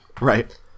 right